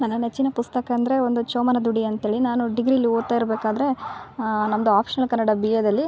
ನನ್ನ ನೆಚ್ಚಿನ ಪುಸ್ತಕ ಅಂದರೆ ಒಂದು ಚೋಮನದುಡಿ ಅಂತ್ಹೇಳಿ ನಾನು ಡಿಗ್ರಿಲಿ ಓದ್ತಿರ್ಬೇಕಾದರೆ ನಮ್ಮದು ಆಪ್ಷನ್ಸ್ ಕನ್ನಡ ಬಿ ಎದಲ್ಲಿ